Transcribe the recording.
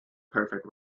perfect